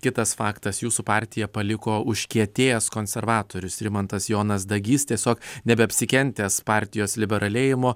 kitas faktas jūsų partiją paliko užkietėjęs konservatorius rimantas jonas dagys tiesiog nebeapsikentęs partijos liberalėjimo